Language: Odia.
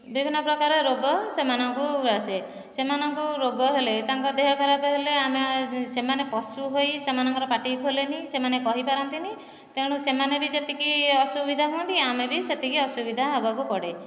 ବିଭିନ୍ନ ପ୍ରକାର ରୋଗ ସେମାନଙ୍କୁ ଗ୍ରାସ କରେ ସେମାନଙ୍କୁ ରୋଗ ହେଲେ ତାଙ୍କ ଦେହ ଖରାପ ହେଲେ ଆମେ ସେମାନେ ପଶୁ ହୋଇ ସେମାନଙ୍କର ପାଟି ଖୋଲେନି ସେମାନେ କହିପାରନ୍ତିନି ତେଣୁ ସେମାନେ ବି ଯେତିକି ଅସୁବିଧା ହୁଅନ୍ତି ଆମେ ବି ସେତିକି ଅସୁବିଧା ହେବାକୁ ପଡ଼େ